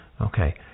Okay